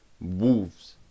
Wolves